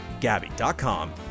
Gabby.com